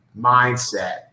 mindset